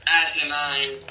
asinine